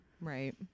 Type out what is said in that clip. Right